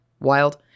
wild